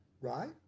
right